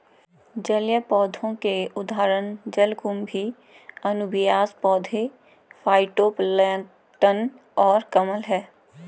जलीय पौधों के उदाहरण जलकुंभी, अनुबियास पौधे, फाइटोप्लैंक्टन और कमल हैं